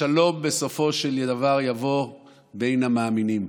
השלום בסופו של דבר יבוא בין המאמינים.